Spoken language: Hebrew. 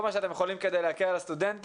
מה שאתם יכולים כדי להקל על הסטודנטים,